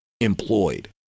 employed